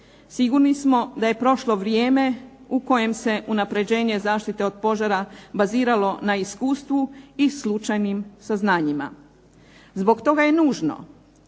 Sigurni smo da je prošlo vrijeme u kojem se unapređenje zaštite od požara baziralo na iskustvu i slučajnim saznanjima. Zbog toga je nužno